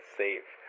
safe